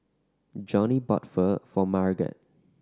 Johnnie bought Pho for Marget